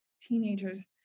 teenager's